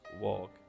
walk